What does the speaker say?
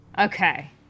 Okay